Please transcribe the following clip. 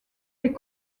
des